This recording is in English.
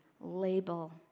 label